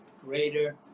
greater